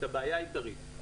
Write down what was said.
את הבעיה העיקרית.